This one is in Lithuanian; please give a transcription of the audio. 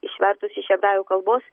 išvertus iš hebrajų kalbos